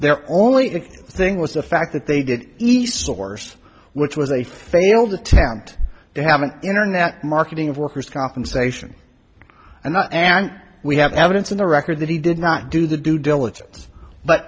their only thing was the fact that they did east source which was a failed attempt to have an internet marketing of workers compensation and i and we have evidence in the record that he did not do the due diligence but